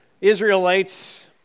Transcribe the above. Israelites